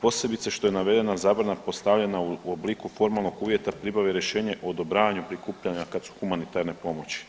posebice što je navedena zabrana postavljena u obliku formalnog uvjeta pribave rješenja o odobravanju prikupljanja kad su humanitarne pomoći.